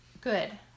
good